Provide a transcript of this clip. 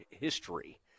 history